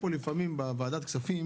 לפעמים בוועדת הכספים